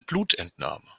blutentnahme